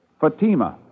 Fatima